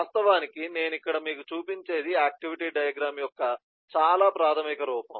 వాస్తవానికి నేను ఇక్కడ మీకు చూపించేది ఆక్టివిటీ డయాగ్రమ్ యొక్క చాలా ప్రాథమిక రూపం